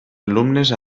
alumnes